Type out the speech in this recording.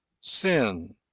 sin